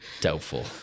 doubtful